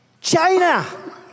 China